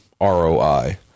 ROI